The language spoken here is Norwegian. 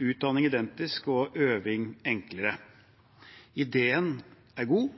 utdanning identisk og øving enklere. Ideen er god,